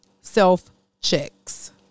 self-checks